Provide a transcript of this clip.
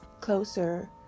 closer